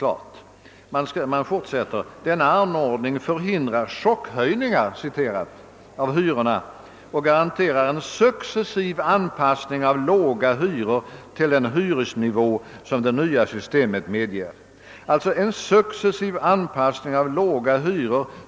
Departementschefen fortsätter på följande sätt: »Denna anordning förhindrar ”chockhöjningar” av hyrorna och garanterar en successiv anpassning av låga hyror till den hyresnivå som det nya systemet medger» — d. v. s. en successiv höjning av hyrorna.